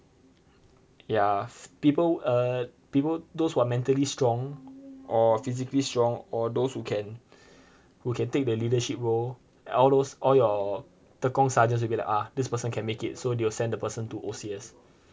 ya even err even those who are mentally strong or physically strong or those who can who can take the leadership role all those all your tekong sergeant gonna ah this person can take it so they send the person to O_C_S